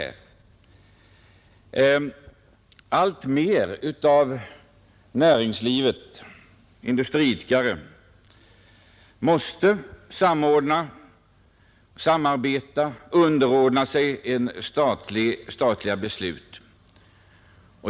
En allt större del av näringslivet och av industriidkarna måste samarbeta med statliga myndigheter och underordna sig statliga beslut.